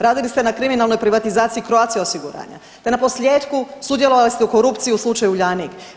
Radili ste na kriminalnoj privatizaciji Croatia osiguranja te naposljetku sudjelovali ste u korupciji u slučaju Uljanik.